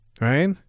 right